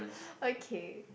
okay